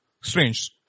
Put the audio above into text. strange